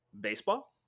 baseball